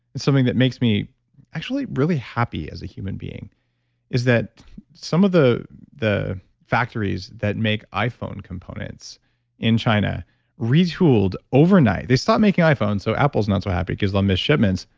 something that makes me actually really happy as a human being is that some of the the factories that make iphone components in china retooled overnight they stopped making iphones, so apple's not so happy because they'll miss shipments,